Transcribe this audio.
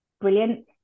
brilliant